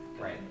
right